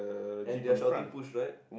and they're shouting push right